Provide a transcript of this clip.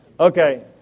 Okay